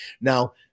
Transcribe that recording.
Now